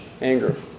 anger